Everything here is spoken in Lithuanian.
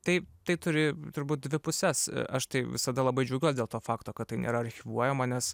taip tai turi turbūt dvi puses aš tai visada labai džiaugiuos dėl to fakto kad tai nėra archyvuojama nes